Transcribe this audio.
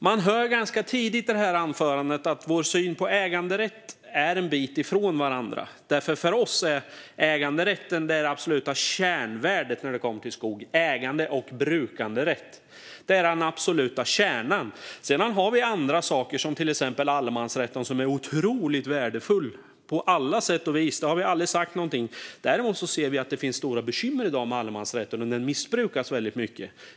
Man hör ganska tidigt i detta anförande att vår och Miljöpartiets syn på äganderätt är en bit ifrån varandra. För oss är äganderätten det absoluta kärnvärdet när det kommer till skog. Äganderätt och brukanderätt är den absoluta kärnan. Sedan har vi andra saker, till exempel allemansrätten som är otroligt värdefull på alla sätt. Det har vi aldrig sagt någonting om. Däremot ser vi att det finns stora bekymmer i dag med allemansrätten, och den missbrukas väldigt mycket.